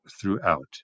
throughout